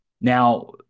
Now